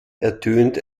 ertönt